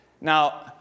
Now